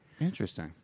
Interesting